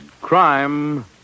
Crime